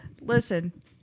Listen